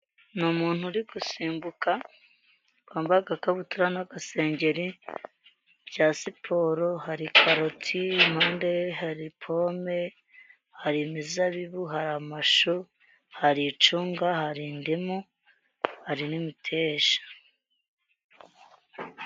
Ni umuntu uri gusimbuka wambaye agakabutura n'agasengeri bya siporo, hari karoti impande hari pome, hari imizabibu, hari mashu, hari icunga hari ndimu, harimo imiteja.